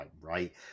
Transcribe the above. right